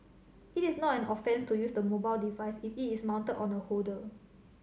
it is not an offence to use the mobile device if it is mounted on a holder